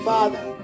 Father